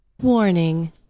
Warning